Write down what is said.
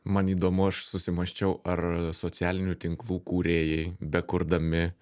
man įdomu aš susimąsčiau ar socialinių tinklų kūrėjai bekurdami